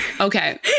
Okay